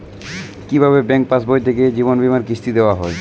কি ভাবে ব্যাঙ্ক পাশবই থেকে জীবনবীমার কিস্তি দেওয়া হয়?